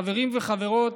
חברים וחברות,